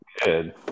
Good